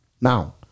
Now